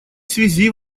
связи